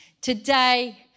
Today